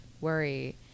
worry